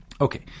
Okay